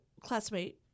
classmate